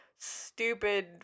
stupid